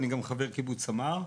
אני גם חבר קיבוץ סמר.